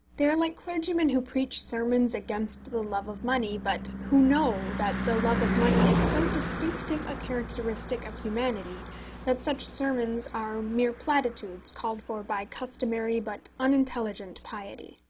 they are like clergymen who preach sermons against the love of money, but who know that the love of money is so distinctive a characteristic of humanity that such sermons are mere platitudes called for by customary but unintelligent piety.